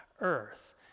earth